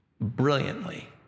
Brilliantly